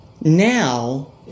Now